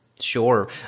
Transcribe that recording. Sure